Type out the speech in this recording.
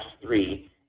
three